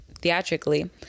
theatrically